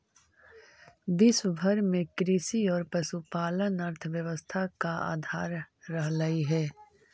विश्व भर में कृषि और पशुपालन अर्थव्यवस्था का आधार रहलई हे